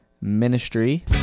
Ministry